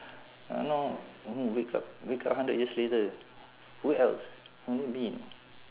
!hannor! wake up wake up hundred years later who else only me